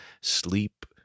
sleep